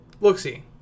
look-see